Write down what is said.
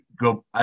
go –